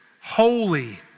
holy